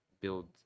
build